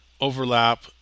overlap